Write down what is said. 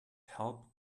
help